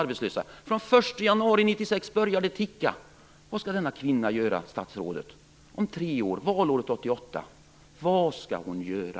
Från den 1 januari 1996 börjar det ticka. Vad skall denna kvinna göra, statsrådet, om tre år, valåret 1998? Vad skall hon göra?